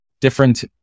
different